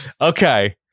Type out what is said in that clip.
Okay